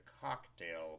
cocktail